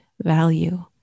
value